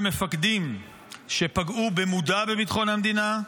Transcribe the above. מפקדים שפגעו במודע בביטחון המדינה,